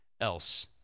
else